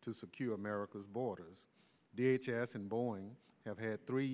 to secure america's borders d h s and boeing have had three